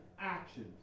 actions